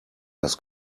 das